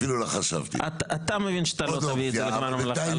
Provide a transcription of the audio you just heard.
אתה מבין שאתה לא תביא את זה עד גמר המלאכה,